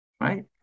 right